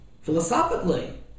philosophically